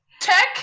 Tech